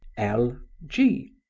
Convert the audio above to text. l. g.